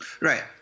Right